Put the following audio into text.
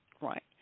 right